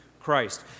Christ